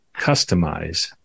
customize